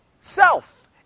Self